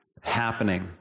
happening